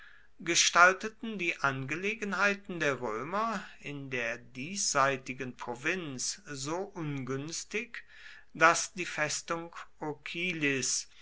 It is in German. gestalteten die angelegenheiten der römer in der diesseitigen provinz so ungünstig daß die festung